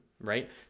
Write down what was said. right